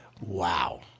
Wow